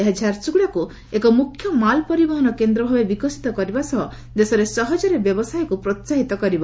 ଏହା ଝାରସୁଗୁଡ଼ାକୁ ଏକ ମୁଖ୍ୟ ମାଲ୍ ପରିବହନ କେନ୍ଦ୍ର ଭାବେ ବିକଶିତ କରିବା ସହ ଦେଶରେ ସହଜରେ ବ୍ୟବସାୟକୁ ପ୍ରୋହାହିତ କରିବ